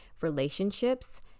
relationships